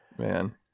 Man